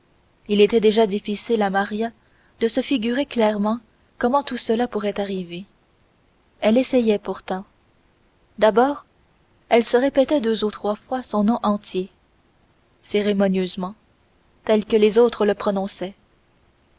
il était déjà difficile à maria de se figurer clairement comment tout cela pourrait arriver elle essayait pourtant d'abord elle se répétait deux ou trois fois son nom entier cérémonieusement tel que les autres le prononçaient